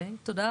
תודה.